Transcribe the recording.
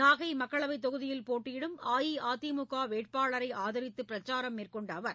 நாகை மக்களவைத் தொகுதியில் போட்டியிடும் அஇஅதிமுக வேட்பாளரை ஆதரித்து பிரச்சாரம் மேற்கொண்ட அவர்